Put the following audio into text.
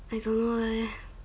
I don't know leh